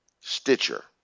Stitcher